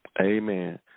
Amen